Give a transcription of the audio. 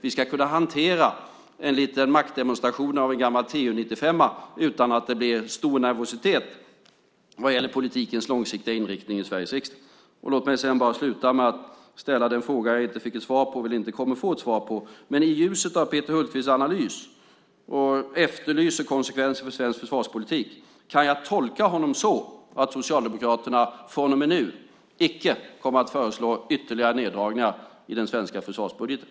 Vi ska kunna hantera en liten maktdemonstration av en gammal Tu-95:a utan att det blir stor nervositet vad gäller politikens långsiktiga inriktning i Sveriges riksdag. Låt mig sedan avsluta detta inlägg med att ställa den fråga som jag inte har fått svar på och som jag väl inte kommer att få svar på: Kan jag i ljuset av Peter Hultqvists analys och av att han efterlyser besked om konsekvenser för svensk försvarspolitik tolka honom så att Socialdemokraterna från och med nu icke kommer att föreslå ytterligare neddragningar i den svenska försvarsbudgeten?